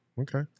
Okay